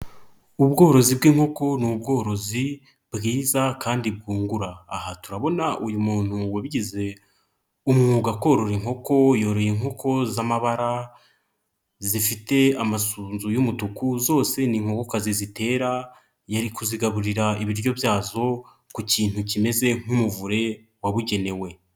Ubworozi bw'inkoko ni ubworozi bwiza kandi bwungura. Aha turabona uyu muntu wabigize umwuga korora inkoko yoroye inkoko z'amabara zifite amashunzu y'umutuku; zose ni inkokokazi zitera, yari kuzigaburira ibiryo byazo ku kintu kimeze nk'umuvure wabugenewe.